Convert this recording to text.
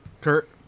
Kurt